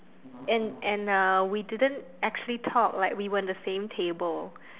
and and uh we didn't actually talk like we were in the same table